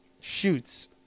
shoots